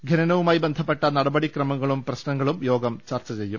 ഖനനവു മായി ബന്ധപ്പെട്ട നടപടിക്രമങ്ങളും പ്രശ്നങ്ങളും യോഗം ചർച്ച ചെയ്യും